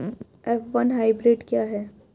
F one hybrid क्या है?